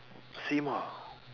same ah